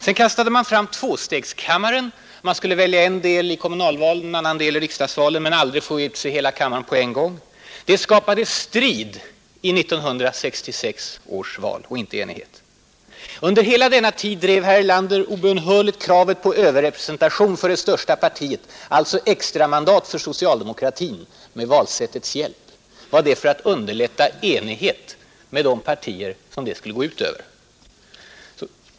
Sedan förde man fram förslaget om tvåstegskammaren: man skulle välja en del i kommunalvalen och en annan del i riksdagsvalen men aldrig få utse hela kammaren på en gång. Det skapade strid och inte enighet i 1966 års val. Under hela den här tiden drev herr Erlander obönhörligt kravet på överrepresentation för det största partiet, alltså extramandat med valsättets hjälp för socialdemokratin. Var det för att underlätta enighet med de partier som det skulle gå ut över?